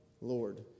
Lord